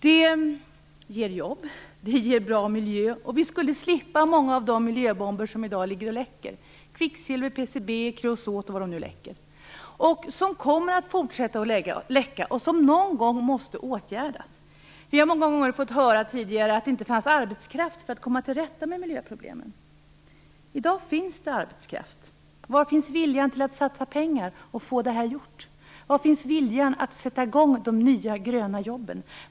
De skulle ge jobb och en bra miljö. Vi skulle slippa många av de miljöbomber som i dag ligger och läcker - kvicksilver, PCB och kreosot och vad det nu är som läcker. De kommer att fortsätta att läcka och måste någon gång åtgärdas. Vi har många gånger tidigare fått höra att det inte har funnits arbetskraft för att komma till rätta med miljöproblemen. I dag finns det arbetskraft. Var finns viljan att satsa pengar och få detta gjort? Var finns viljan att sätta i gång de nya gröna jobben?